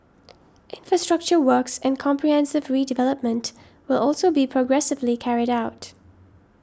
infrastructure works and comprehensive redevelopment will also be progressively carried out